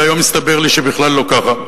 והיום הסתבר לי שבכלל לא ככה,